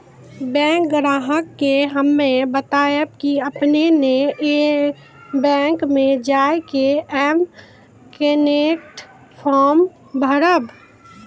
bank ग्राहक के हम्मे बतायब की आपने ने बैंक मे जय के एम कनेक्ट फॉर्म भरबऽ